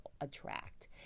attract